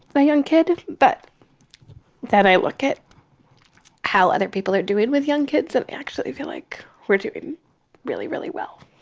but young kid but then i look at how other people are doing with young kids. i actually feel like we're doing really, really well.